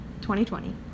2020